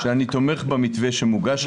שאני תומך במתווה שהוגש.